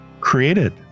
created